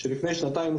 שלפני שנתיים,